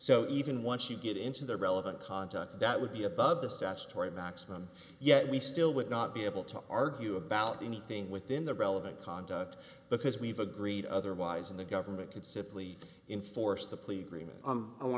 so even once you get into the relevant context that would be above the statutory maximum yet we still would not be able to argue about anything within the relevant conduct because we've agreed otherwise and the government could simply enforce the